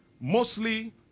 mostly